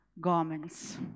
garments